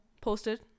posted